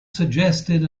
suggested